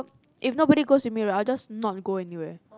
if nobody goes with me right I'll just not go anywhere